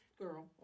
girl